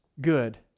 Good